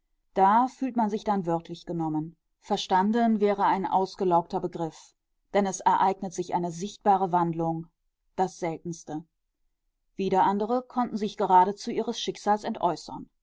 da fühlt man sich dann wörtlich genommen verstanden wäre ein ausgelaugter begriff denn es ereignet sich eine sichtbare wandlung das seltenste wieder andere konnten sich geradezu ihres schicksals